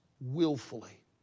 willfully